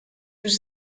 was